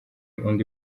undi